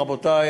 רבותי,